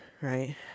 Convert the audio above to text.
right